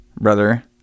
brother